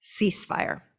ceasefire